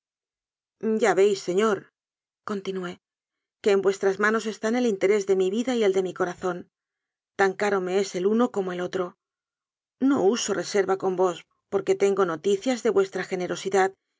ya veis señorcontinué que en vuestras manos están el interés de mi vida y el de mi corazón tan caro me es el uno como el otro no uso reserva con vos porque tengo noticias de vuestra generosidad